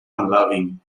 unloving